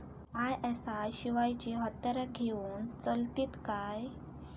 ISI शिवायची हत्यारा घेऊन चलतीत काय?